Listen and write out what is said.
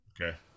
Okay